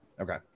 Okay